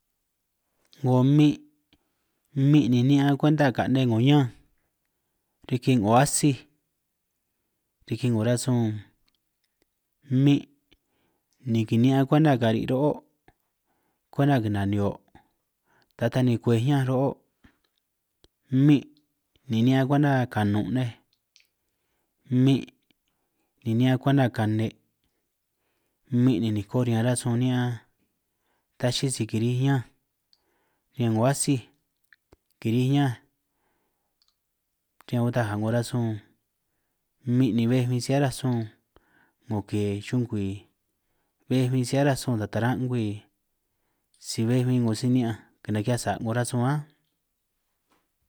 'Ngo mmi', mmi' ni ni'ñan kwenta kane 'ngo ñanj riki 'ngo atsij, riki 'ngo rasun, mmi' ni kini'ñan kwenta kari' ro'o', kwenta kinani'hio', ta taj ni kwej ñanj ro'o', mmi' ni ni'ñan kwenta kanun' nej, mmi' ni ni'ñan kwenta kane', mmi' ni niko rasun ni'ñan ta chi'i sij kirij ñanj riñan 'ngo atsij, kirij ñanj riñan undaj 'ngo rasun, mmi' ni bej bin si aranj sun 'ngo ke chungwi, bej bin si aranj sun ta taran' ngwi, si bej bin 'ngo si ni'ñanj naki'hiaj sa' 'ngo rasun ánj.